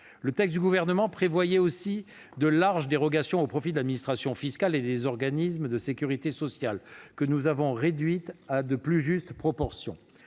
Le texte du Gouvernement prévoyait aussi de larges dérogations au profit de l'administration fiscale et des organismes de sécurité sociale, que nous avons réduites à de plus justes proportions.